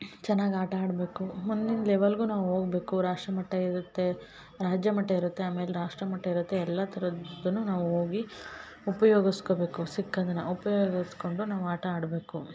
ಚೆನ್ನಾಗಿ ಆಟ ಆಡಬೇಕು ಮುಂದಿನ ಲೆವೆಲ್ಗು ನಾವು ಹೋಗ್ಬೇಕು ರಾಷ್ಟ್ರಮಟ್ಟ ಇರುತ್ತೆ ರಾಜ್ಯಮಟ್ಟ ಇರುತ್ತೆ ಆಮೇಲೆ ರಾಷ್ಟ್ರಮಟ್ಟ ಇರುತ್ತೆ ಎಲ್ಲಾ ಥರದ್ದುನು ನಾವು ಹೋಗಿ ಉಪಯೋಗಸ್ಕಬೇಕು ಸಿಕ್ಕದನ್ನ ಉಪಯೋಗಸ್ಕೊಂಡು ನಾವು ಆಟ ಆಡಬೇಕು